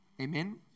Amen